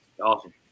Awesome